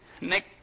Nick